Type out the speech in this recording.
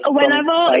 Whenever